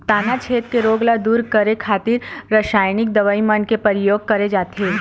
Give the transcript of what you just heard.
तनाछेद के रोग ल दूर करे खातिर रसाइनिक दवई मन के परियोग करे जाथे